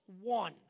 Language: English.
one